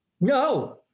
No